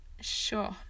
sure